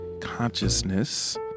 consciousness